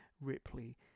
ripley